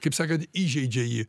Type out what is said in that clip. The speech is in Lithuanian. kaip sakant įžeidžia jį